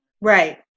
Right